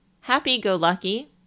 Happy-go-lucky